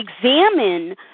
examine